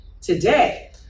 Today